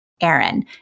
Aaron